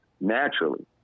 naturally